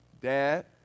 dad